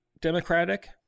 democratic